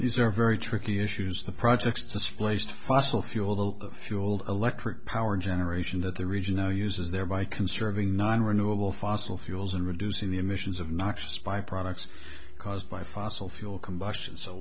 these are very tricky issues the projects displaced fossil fuel fueled electric power generation that the region know uses thereby conserving nonrenewable fossil fuels and reducing the emissions of noxious by products caused by fossil fuel combustion so